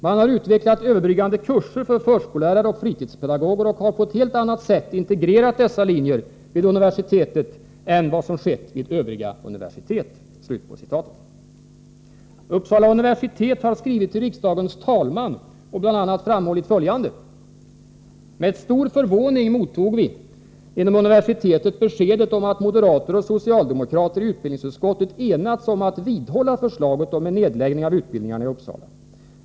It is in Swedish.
Man har utvecklat överbryggande kurser för förskollärare och fritidspedagoger och har på ett helt annat sätt integrerat dessa linjer vid universitetet än vad som skett vid övriga universitet.” Uppsala universitet har skrivit till riksdagens talman och bl.a. framhållit följande: ”Med stor förvåning mottog vi inom universitetet beskedet om att moderater och socialdemokrater i utbildningsutskottet enats om att vidhålla förslaget om en nedläggning av utbildningarna i Uppsala.